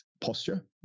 posture